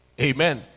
Amen